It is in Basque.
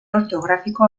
ortografiko